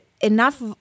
enough